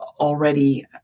already